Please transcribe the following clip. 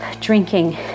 drinking